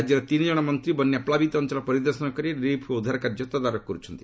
ରାଜ୍ୟର ତିନି ଜଣ ମନ୍ତ୍ରୀ ବନ୍ୟାପ୍ଲାବିତ ଅଞ୍ଚଳ ପରିଦର୍ଶନ କରି ରିଲିଫ୍ ଓ ଉଦ୍ଧାର କାର୍ଯ୍ୟ ତଦାରଖ କରୁଛନ୍ତି